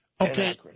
Okay